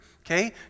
Okay